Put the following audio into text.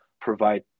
provide